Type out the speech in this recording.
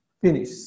finish